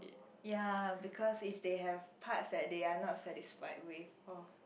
ya because if they have parts that they are not satisfied with or